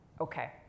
Okay